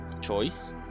choice